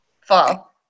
Fall